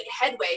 headway